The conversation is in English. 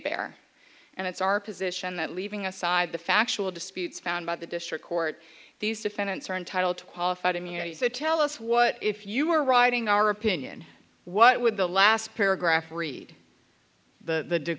pair and it's our position that leaving aside the factual disputes found by the district court these defendants are entitled to qualified immunity said tell us what if you were writing our opinion what would the last paragraph read the